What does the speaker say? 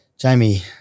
Jamie